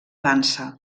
dansa